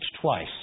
twice